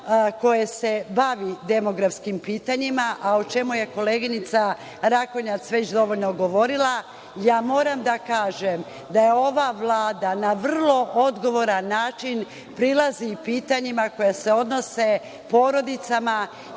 koje se bavi demografskim pitanjima, a o čemu je koleginica Rakonjac već dovoljno govorila, ja moram da kažem da ova Vlada na vrlo odgovoran način prilazi pitanjima koja se odnose porodicama,